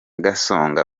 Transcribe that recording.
gasongo